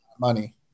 money